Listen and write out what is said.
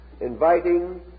inviting